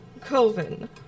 Colvin